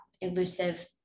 elusive